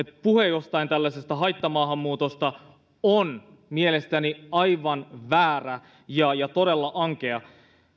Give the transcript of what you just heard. puhe jostain tällaisesta haittamaahanmuutosta on mielestäni aivan väärä ja ja todella ankea